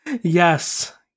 Yes